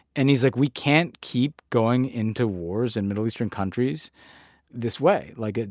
and he's like, we can't keep going into wars in middle eastern countries this way. like, ah